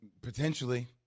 potentially